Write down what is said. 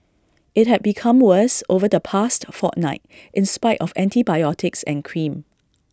IT had become worse over the past fortnight in spite of antibiotics and cream